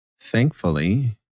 thankfully